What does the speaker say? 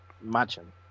Imagine